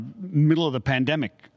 middle-of-the-pandemic